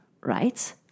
right